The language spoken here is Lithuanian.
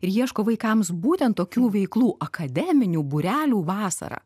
ir ieško vaikams būtent tokių veiklų akademinių būrelių vasarą